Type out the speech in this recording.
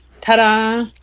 Ta-da